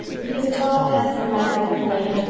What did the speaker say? he was a tall, handsome man of middle age,